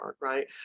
right